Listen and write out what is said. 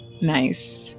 Nice